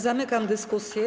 Zamykam dyskusję.